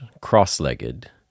cross-legged